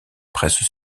presse